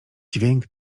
dźwięk